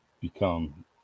become